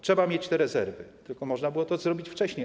Trzeba mieć rezerwy, tylko można było to zrobić wcześniej.